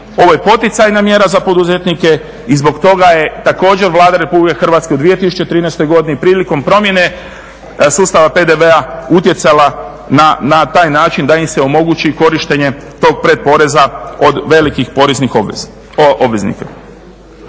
Ovo je poticajna mjera za poduzetnike i zbog toga je također Vlada Republike Hrvatske u 2013. godini prilikom promjene sustava PDV-a utjecala na taj način da im se omogući korištenje tog predporeza od velikih poreznih obveznika.